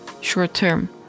short-term